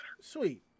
Sweet